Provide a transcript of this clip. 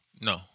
No